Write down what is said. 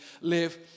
live